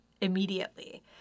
immediately